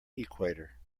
equator